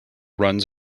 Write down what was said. runs